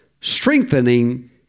Strengthening